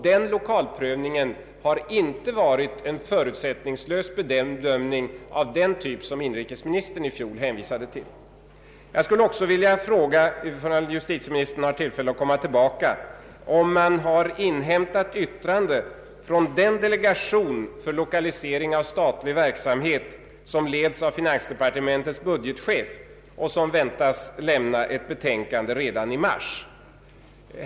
Den lokalprövningen har inte varit en förutsättningslös bedömning av den typ som inrikesministern i fjol hänvisade till. Om justitieministern har tillfälle att komma tillbaka till kammaren, skulle jag också vilja fråga honom om man har inhämtat yttrande från den delegation för lokalisering av statlig verksamhet som leds av finansdepartementets budgetchef och som väntas lämna ett betänkande redan i mars.